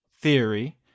theory